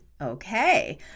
Okay